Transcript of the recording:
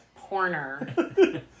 Porner